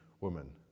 woman